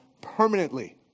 permanently